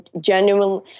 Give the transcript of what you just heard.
genuinely